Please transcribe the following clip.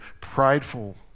prideful